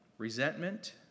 Resentment